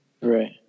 Right